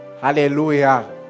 Hallelujah